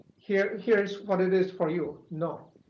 here's here's what it is for you. no.